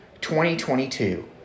2022